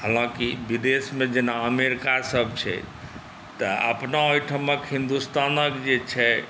हालाँकि विदेशमे जेना अमेरिका सब छै तऽ अपना ओहिठामके हिन्दुस्तानके जे छै